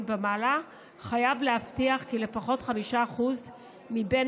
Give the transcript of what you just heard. ומעלה חייב להבטיח כי לפחות 5% מבין